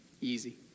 Easy